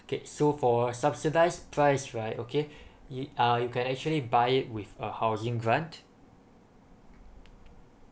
okay so for a subsidized price right okay it uh you can actually buy it with a housing grant